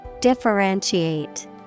differentiate